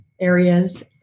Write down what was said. areas